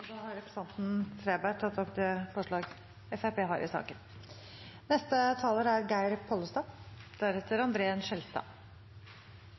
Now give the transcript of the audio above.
Da har representanten Kjell-Børge Freiberg tatt opp Fremskrittspartiets forslag i saken.